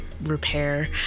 repair